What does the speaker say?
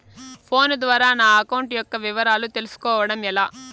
Phone ద్వారా నా account యొక్క వివరాలు తెలుస్కోవడం ఎలా?